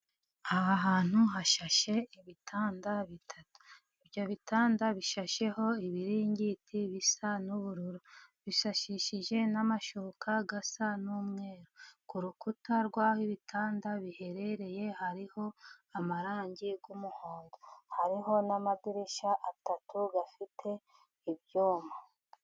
Aha hantu hashashe ibitanda bitatu. Ibyo bitanda bishasheho ibiringiti bisa n'ubururu. Bishashishije n'amashuka asa n'umweru. Ku rukuta rw'aho ibitanda biherereye hariho amarangi y'umuhodo. Hariho n'amadirisha atatu afite ibyuma.